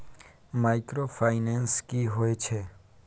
Microfinance की होय छै?